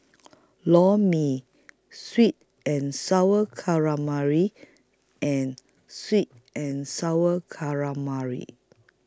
Lor Mee Sweet and Sour Calamari and Sweet and Sour Calamari